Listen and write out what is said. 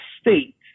state